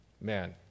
Man